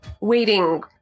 waiting